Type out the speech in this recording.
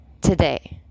Today